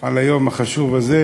ביום החשוב הזה,